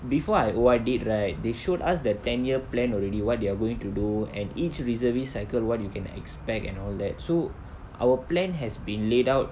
before I O_R_D right they showed us the ten year plan already [what] they're going to do and each reservist cycle what you can expect and all that so our plan has been laid out